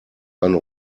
einen